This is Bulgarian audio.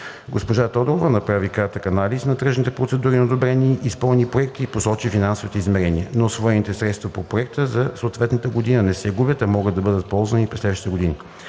Госпожа Тодорова направи кратък анализ на тръжните процедури на одобрените и изпълнени проекти и посочи финансовите измерения. Неусвоените средства по проекти за съответната година не се губят, а могат да бъдат ползвани и през следващи години.